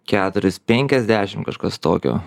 keturis penkiasdešim kažkas tokio